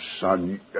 son